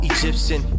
Egyptian